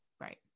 Right